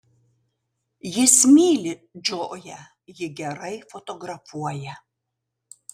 jis myli džoją ji gerai fotografuoja